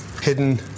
hidden